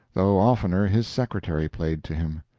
though oftener his secretary played to him.